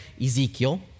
Ezekiel